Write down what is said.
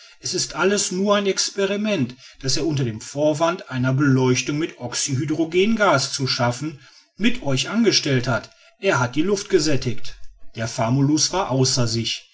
es ist alles nur ein experiment das er unter dem vorwand eine beleuchtung mit oxyhydrogengas zu schaffen mit euch angestellt hat er hatte die luft gesättigt der famulus war außer sich